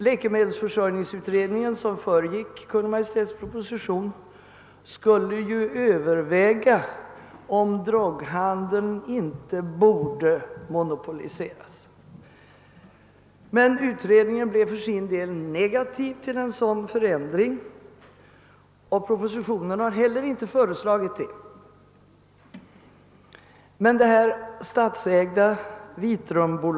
Läkemedelsförsörjningsutredningen, som föregick Kungl. Maj:ts proposition, skulle överväga, om droghandeln inte borde monopoliseras, men utredningen ställde sig negativ till en sådan förändring, och regeringen har heller inte föreslagit någontnig sådant i propositionen.